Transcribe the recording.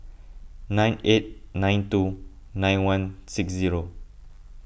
nine eight nine two nine one six zero